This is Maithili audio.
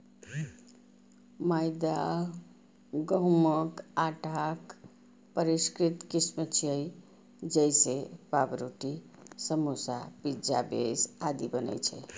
मैदा गहूंमक आटाक परिष्कृत किस्म छियै, जइसे पावरोटी, समोसा, पिज्जा बेस आदि बनै छै